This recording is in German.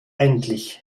endlich